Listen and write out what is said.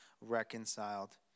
reconciled